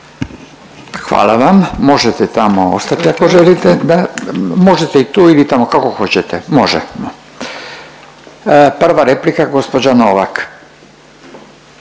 Hvala vam. Možete tamo ostati ako želite. Možete i tu ili tamo, kako hoćete. Može. Prva replika, gđa Novak.